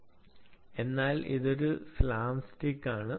അതിനാൽ ഇതൊരു സ്ലാം സ്റ്റിക്കാണ്